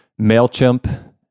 MailChimp